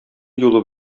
юлы